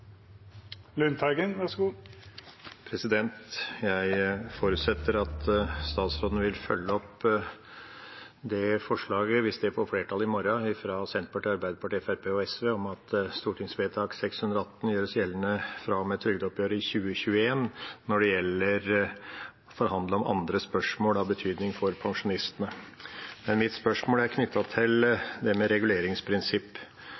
Jeg forutsetter at statsråden vil følge opp forslaget – hvis det får flertall i morgen – fra Senterpartiet, Arbeiderpartiet, Fremskrittspartiet og SV om at stortingsvedtak nr. 618 gjøres gjeldende fra og med trygdeoppgjøret i 2021 når det gjelder å forhandle om andre spørsmål med betydning for pensjonistene. Men mitt spørsmål er